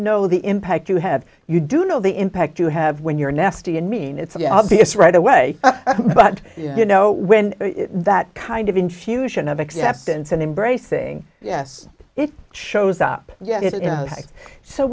know the impact you have you do know the impact you have when you're nasty and mean it's obvious right away but you know when that kind of infusion of acceptance and embracing yes it shows up yeah